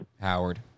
Howard